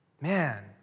man